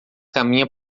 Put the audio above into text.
caminha